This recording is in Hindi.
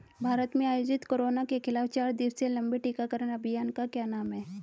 भारत में आयोजित कोरोना के खिलाफ चार दिवसीय लंबे टीकाकरण अभियान का क्या नाम है?